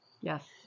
Yes